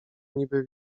niby